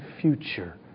future